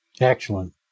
excellent